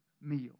meal